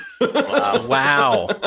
Wow